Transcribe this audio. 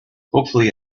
hopefully